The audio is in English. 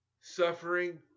suffering